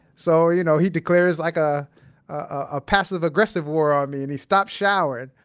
so, you know, he declares like a ah passive aggressive war on me, and he stopped showering